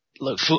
look